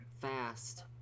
fast